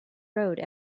road